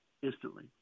Instantly